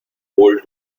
hold